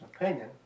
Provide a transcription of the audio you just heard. opinion